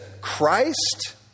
Christ